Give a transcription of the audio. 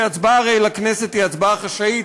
כי הרי ההצבעה לכנסת היא הצבעה חשאית,